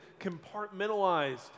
compartmentalized